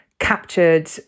captured